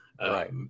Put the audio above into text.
Right